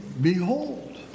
Behold